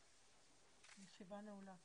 הישיבה נעולה.